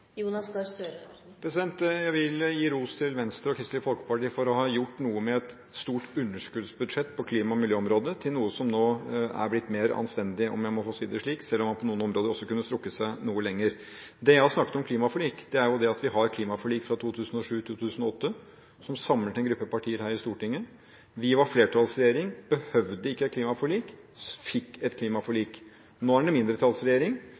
Jeg vil gi ros til Venstre og Kristelig Folkeparti for å ha gjort et stort underskuddsbudsjett på klima- og miljøområdet til noe som nå er blitt mer anstendig – om jeg må få si det slik – selv om man på noen områder også kunne strukket seg noe lenger. Det jeg har sagt om klimaforlik, er at vi har et klimaforlik fra 2007–2008 som samlet en gruppe partier her på Stortinget. Vi var flertallsregjering, behøvde ikke et klimaforlik, fikk et klimaforlik. Nå er det mindretallsregjering,